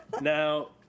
Now